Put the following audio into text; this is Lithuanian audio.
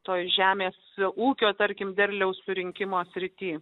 toje žemės ūkio tarkim derliaus surinkimo srityje